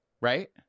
right